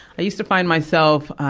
i used to find myself, ah,